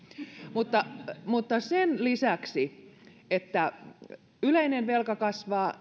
mutta mutta sen lisäksi että yleinen velka kasvaa